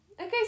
okay